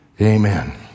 Amen